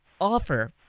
offer